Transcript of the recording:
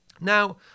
Now